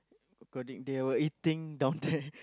according they were eating down it